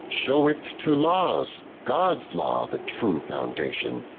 shew it to laws god's law, the true foundation,